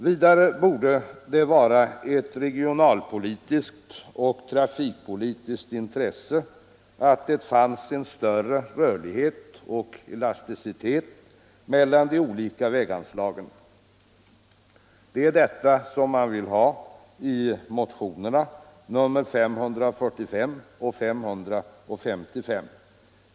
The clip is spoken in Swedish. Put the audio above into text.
Vidare borde det vara ett regionalpolitiskt och trafikpolitiskt intresse att det fanns en större rörlighet och elasticitet mellan de olika väganslagen. Det är detta som man vill ha i motionerna nr 545 och 555.